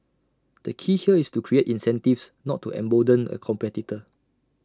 the key here is to create incentives not to embolden A competitor